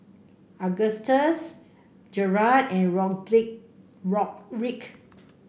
Augustus Gerhardt and Rodrick